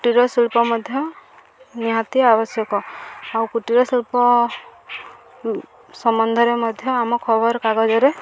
କୁଟୀର ଶିଳ୍ପ ମଧ୍ୟ ନିହାତି ଆବଶ୍ୟକ ଆଉ କୁଟୀରଶିଳ୍ପ ସମ୍ବନ୍ଧରେ ମଧ୍ୟ ଆମ ଖବରକାଗଜରେ